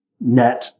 net